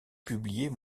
publiées